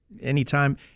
Anytime